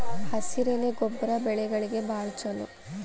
ಹಸಿರೆಲೆ ಗೊಬ್ಬರ ಬೆಳೆಗಳಿಗೆ ಬಾಳ ಚಲೋ